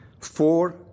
Four